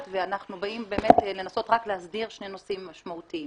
ואנחנו באים לנסות רק להסדיר שני נושאים משמעותיים.